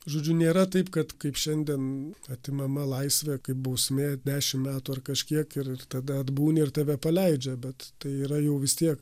žodžiu nėra taip kad kaip šiandien atimama laisvė kaip bausmė dešim metų ar kažkiek ir tada atbūni ir tave paleidžia bet tai yra jau vis tiek